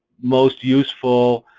most useful,